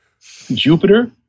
Jupiter